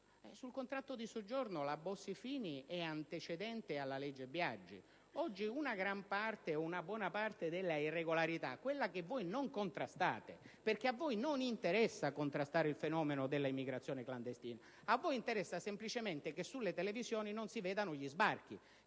contratto di soggiorno, sul quale la Bossi-Fini è antecedente alla legge Biagi. Oggi una buona parte dell'irregolarità è quella che voi non contrastate, perché a voi non interessa contrastare il fenomeno dell'immigrazione clandestina: a voi interessa semplicemente che sulle televisioni non si vedano gli sbarchi,